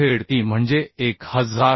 5 ze म्हणजे 1933